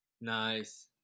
Nice